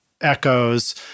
echoes